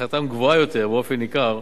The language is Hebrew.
שצריכתם גבוהה יותר באופן ניכר,